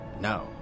no